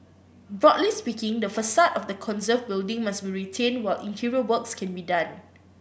broadly speaking the facade of the conserved building must be retained while interior works can be done